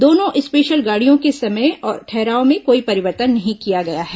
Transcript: दोनों स्पेशल गाड़ियों के समय और ठहराव में कोई परिवर्तन नहीं किया गया है